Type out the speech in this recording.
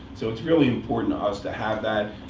so it's really important to us to have that.